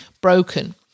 broken